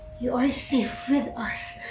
you're safe with us,